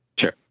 Sure